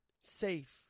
Safe